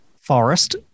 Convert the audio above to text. forest